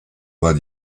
bas